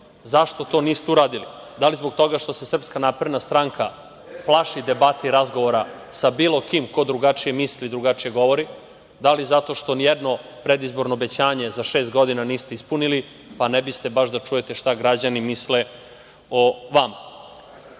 to niste uradili? Da li zbog toga što se SNS plaši debate i razgovora sa bilo kim ko drugačije misli, drugačije govori, da li zato što ni jedno predizborno obećanje za šest godina niste ispunili, pa ne biste baš da čujete šta građani misle o